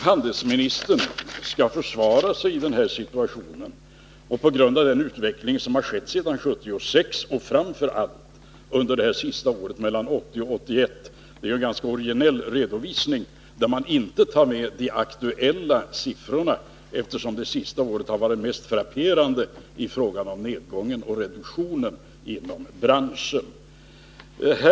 Handelsministern försöker försvara sig för den utveckling som skett sedan 1976 och framför allt under det senaste året, mellan 1980 och 1981. Och han har lämnat en ganska originell redovisning, där inte de aktuella siffrorna tagits med — eftersom det sista året varit mest frapperande i fråga om nedgång och reduktion inom branschen.